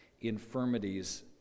infirmities